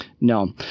No